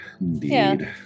Indeed